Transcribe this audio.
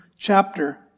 Chapter